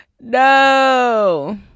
No